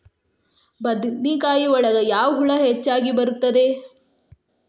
ಬದನೆಕಾಯಿ ಒಳಗೆ ಯಾವ ಹುಳ ಹೆಚ್ಚಾಗಿ ಬರುತ್ತದೆ?